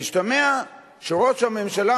המשתמע, שראש הממשלה